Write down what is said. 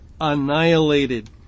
annihilated